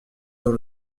dans